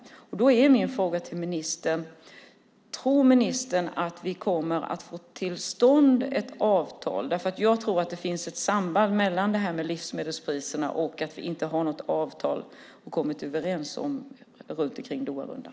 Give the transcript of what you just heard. Då är min fråga till ministern: Tror ministern att vi kommer att få till stånd ett avtal? Jag tror att det finns ett samband mellan livsmedelspriserna och att vi inte har något avtal som vi har kommit överens om i Doharundan.